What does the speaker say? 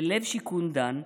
בלב שיכון דן,